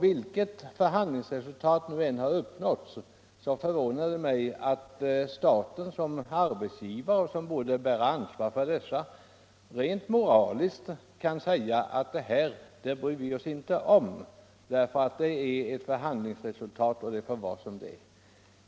Vilket förhandlingsresultat som än uppnåtts förvånar det mig att staten som arbetsgivare, som rent moraliskt borde ha ett ansvar för dessa pensionärer, kan säga att det här bryr vi oss inte om; det är ett förhandlingsresultat och det får vara som det är.